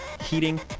heating